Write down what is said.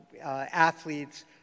athletes